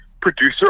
producer